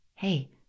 Hey